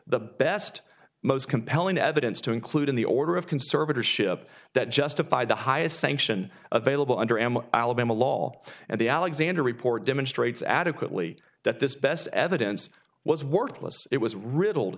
the best most compelling evidence to include in the order of conservatorship that justified the highest sanction available under m alabama law and the alexander report demonstrates adequately that this best evidence was worthless it was riddled